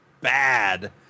bad